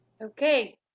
Okay